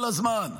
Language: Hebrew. כל הזמן.